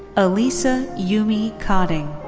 alisa yumi cotting.